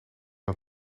dan